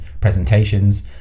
presentations